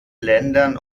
ländern